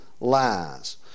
lies